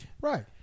Right